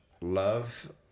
love